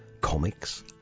Comics